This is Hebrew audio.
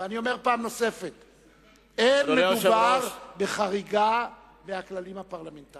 ואני אומר פעם נוספת: לא מדובר בחריגה מהכללים הפרלמנטריים.